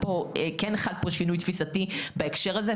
כן חל פה שינוי תפיסתי בהקשר הזה.